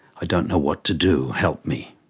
i don't know what to do. help me.